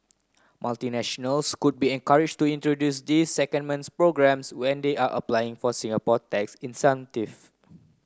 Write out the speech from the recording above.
multinationals could be encourage to introduce these secondment programs when they are applying for Singapore tax incentives